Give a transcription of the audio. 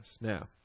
Now